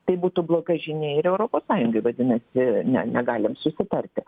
tai būtų bloga žinia ir europos sąjungai vadinasi ne negalim susitarti